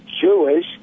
Jewish